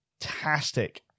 fantastic